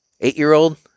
eight-year-old